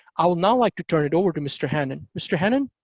i would now like to turn it over to mr. hannan. mr. hannan,